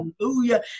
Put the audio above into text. hallelujah